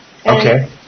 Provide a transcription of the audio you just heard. Okay